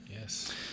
Yes